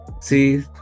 see